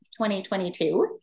2022